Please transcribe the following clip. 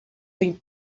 tem